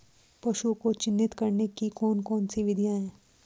पशुओं को चिन्हित करने की कौन कौन सी विधियां हैं?